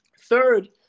third